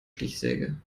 stichsäge